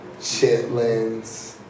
Chitlins